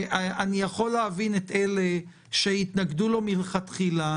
אני יכול להבין את אלה שהתנגדו לו מלכתחילה,